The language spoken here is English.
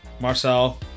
Marcel